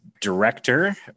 director